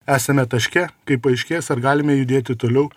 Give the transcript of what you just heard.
esame taške kai paaiškės ar galime judėti toliau